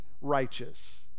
righteous